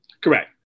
Correct